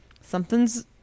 something's